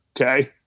Okay